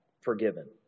forgiven